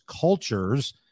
cultures